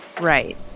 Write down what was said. Right